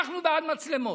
אנחנו בעד מצלמות.